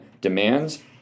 demands